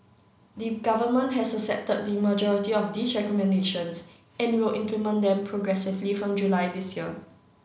the Government has accepted the majority of these recommendations and will implement them progressively from July this year